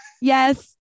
Yes